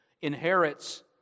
inherits